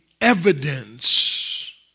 evidence